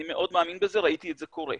אני מאוד מאמין בזה, ראיתי את זה קורה.